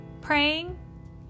praying